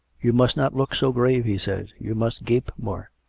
you must not look so grave, he said, you must gape more.